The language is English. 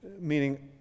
Meaning